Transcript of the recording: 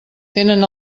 tenen